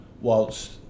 whilst